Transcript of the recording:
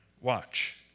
Watch